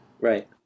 Right